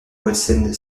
holstein